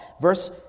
Verse